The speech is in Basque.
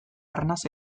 arnas